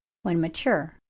when mature.